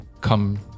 come